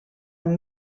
amb